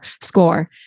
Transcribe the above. Score